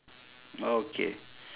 okay